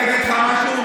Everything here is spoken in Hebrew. אני אגיד לך משהו.